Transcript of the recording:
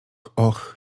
och